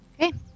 Okay